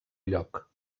lloc